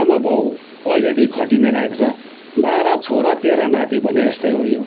आमा बाबु अलरेडी खटिनै रहेको छ बाह्र छोरा तेह्र नाति भनेको जस्तै हो यो